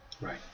right